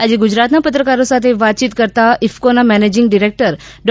આજે ગુજરાતના પત્રકારો સાથે વાતયીત કરતાં ઈફકોના મેનેજિંગ ડિરેક્ટર ડો